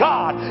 God